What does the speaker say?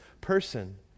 person